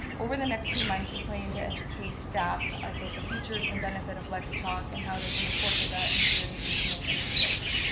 over the next few months we're planning to educate staff about the features and benefits of let's talk and how they can incorporate that into their engagement initiatives.